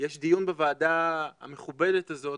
שיש דיון בוועדה המכובדת הזאת